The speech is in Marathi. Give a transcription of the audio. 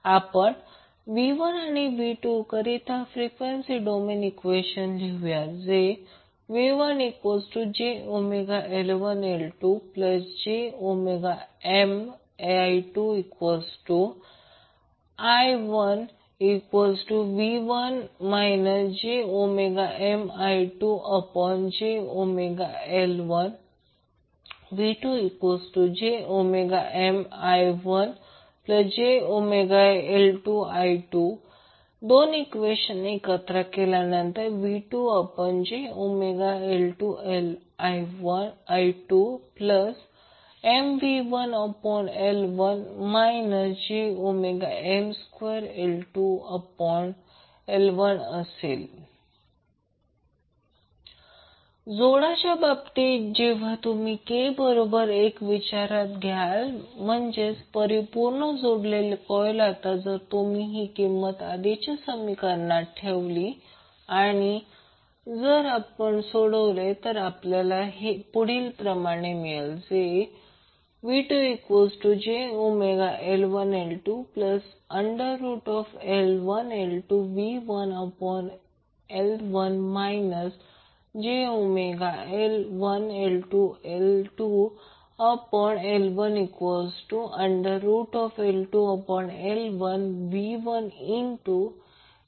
आपण v1 आणि v2 करिता फ्रिक्वेन्सी डोमेन ईक्वेशन लिहूया जसे V1jωL1I1jωMI2I1V1 jωMI2jωL1 V2jωMI1jωL2I2 दोन्ही ईक्वेशन एकत्र केल्यावर V2jωL2I2MV1L1 jωM2I2L1 जोडच्या बाबतीत जेव्हा तुम्ही k बरोबर 1 विचारात घ्याल म्हणजे परिपूर्ण जोडलेली कॉइल आता जर तुम्ही ही किंमत आधीच्या समीकरणात ठेवली आणि जर आपण सोडवले तर आपल्याला मिळेल V2jωL2I2L1L2V1L1 jωL1L2I2L1L2L1V1nV1 आता हा n काय